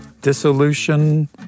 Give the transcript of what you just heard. Dissolution